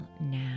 now